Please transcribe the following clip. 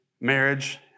marriage